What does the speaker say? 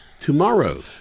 Tomorrow